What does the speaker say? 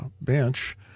Bench